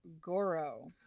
Goro